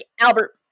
Albert